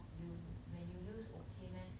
you when you use okay meh